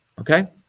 okay